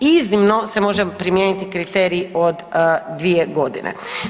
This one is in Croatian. Iznimno se može primijeniti kriterij od 2 godine.